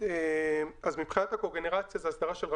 יש זכיינים ספציפיים באזורים,